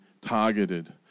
targeted